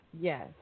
Yes